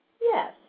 Yes